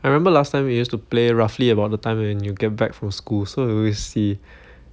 I remember last time we used to play roughly about the time when you get back from school so I'll always see